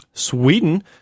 sweden